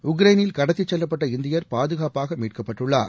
உக்ரைனில் கடத்திச் செல்லப்பட்ட இந்தியர் பாதுகாப்பாக மீட்கப்பட்டுள்ளார்